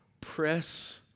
press